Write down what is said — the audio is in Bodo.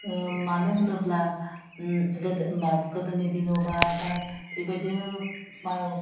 मानो होनोब्ला उम गोदो मा गोदोनि दिनावबा बा बिबायदिनो मा